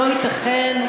לא ייתכן.